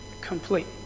complete